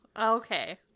Okay